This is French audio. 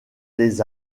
les